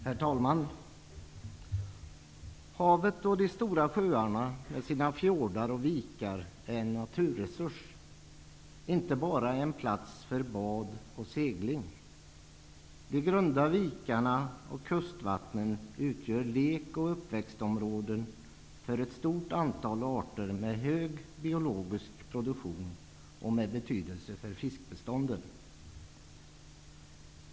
Herr talman! Havet och de stora sjöarna med sina fjordar och vikar är en naturresurs och inte bara en plats för bad och segling. De grunda vikarna och kustvattnen utgör lek och uppväxtområden för ett stort antal arter med hög biologisk produktion med betydelse för fiskbestånden.